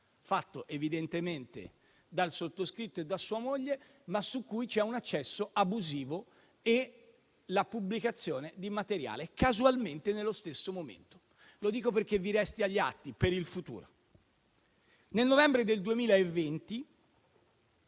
fatto evidentemente dal sottoscritto e da sua moglie, ma su cui ci sono un accesso abusivo e la pubblicazione di materiale casualmente nello stesso momento. Lo dico perché resti agli atti per il futuro. Nel novembre del 2020